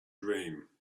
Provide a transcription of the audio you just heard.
dream